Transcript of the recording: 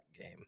game